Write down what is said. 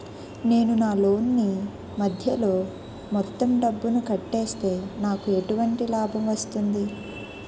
నేను నా లోన్ నీ మధ్యలో మొత్తం డబ్బును కట్టేస్తే నాకు ఎటువంటి లాభం వస్తుంది?